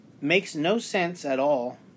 makes-no-sense-at-all